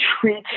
treat